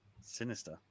Sinister